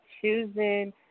choosing